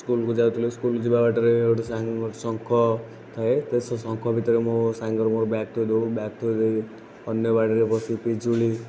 ସ୍କୁଲକୁ ଯାଉଥିଲୁ ସ୍କୁଲ୍ ଯିବା ବାଟରେ ଗୋଟିଏ ଶଙ୍ଖ ଥାଏ ତ ସେ ଶଙ୍ଖ ଭିତରେ ମୋ ସାଙ୍ଗର ମୋର ବ୍ୟାଗ୍ ଥୋଇ ଦେଉ ବ୍ୟାଗ୍ ଥୋଇଦେଇକି ଅନ୍ୟ ବାଡ଼ିରେ ପଶି ପିଜୁଳୀ